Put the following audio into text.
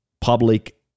public